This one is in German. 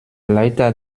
leiter